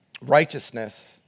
righteousness